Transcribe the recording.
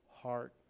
heart